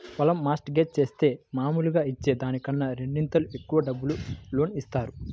పొలం mortgage జేత్తే మాములుగా ఇచ్చే దానికన్నా రెండింతలు ఎక్కువ డబ్బులు లోను ఇత్తారు